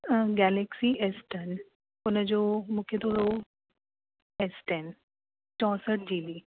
galaxy S ten उन जो मूंखे थोरो एस टेन चोहठि जीबी